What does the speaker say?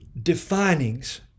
definings